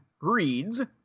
reads